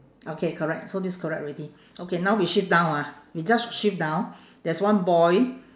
okay correct so this ia correct already okay now we shift down ah we just shift down there's one boy